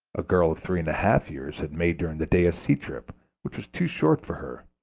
a girl of three and a half years had made during the day a sea trip which was too short for her,